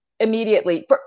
Immediately